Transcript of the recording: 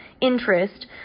interest